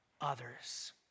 others